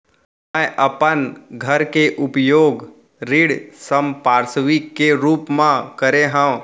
मै अपन घर के उपयोग ऋण संपार्श्विक के रूप मा करे हव